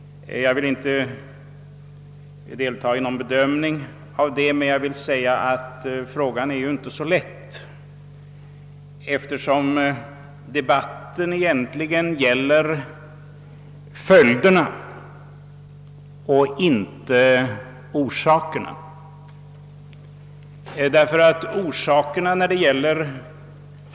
Jag vill inte göra någon bedömning, men jag vill säga att frågan inte är så lätt. Debatten har egentligen gällt följderna och inte orsakerna.